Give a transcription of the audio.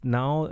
now